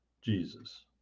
jesus